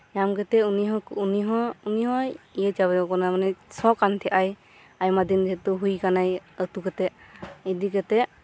ᱧᱟᱢ ᱠᱮᱛᱮᱫ ᱩᱱᱤᱦᱚᱸᱭ ᱤᱭᱟᱹᱪᱟᱵᱟᱣ ᱟᱠᱟᱱᱟ ᱢᱟᱱᱮ ᱥᱚ ᱠᱟᱱ ᱛᱟᱦᱮᱸᱡ ᱟᱭ ᱟᱭᱢᱟᱫᱤᱱ ᱡᱮᱦᱮᱛᱩ ᱦᱩᱭ ᱟᱠᱟᱱᱟᱭ ᱟᱹᱛᱩ ᱠᱟᱛᱮᱫ ᱤᱫᱤ ᱠᱮᱛᱮᱫ